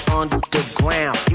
underground